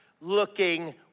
looking